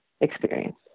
experience